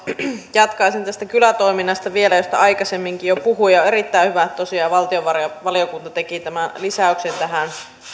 jatkaisin vielä tästä kylätoiminnasta josta aikaisemminkin jo puhuin ja on erittäin hyvä että tosiaan valtiovarainvaliokunta teki lisäyksen tähän